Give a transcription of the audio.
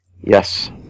Yes